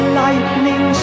lightning